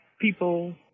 people